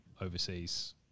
overseas